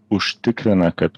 užtikrina kad